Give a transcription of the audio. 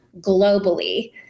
globally